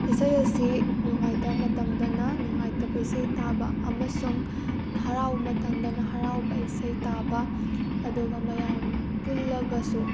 ꯏꯁꯩ ꯑꯁꯤ ꯅꯨꯡꯉꯥꯏꯇꯕ ꯃꯇꯝꯗꯅ ꯅꯨꯡꯉꯥꯏꯇꯕ ꯏꯁꯩ ꯇꯥꯕ ꯑꯃꯁꯨꯡ ꯍꯔꯥꯎꯕ ꯃꯇꯝꯗꯅ ꯍꯔꯥꯎꯕ ꯏꯁꯩ ꯇꯥꯕ ꯑꯗꯨꯒ ꯃꯌꯥꯝ ꯄꯨꯜꯂꯒꯁꯨ